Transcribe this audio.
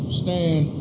stand